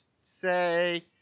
say